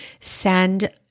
send